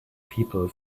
people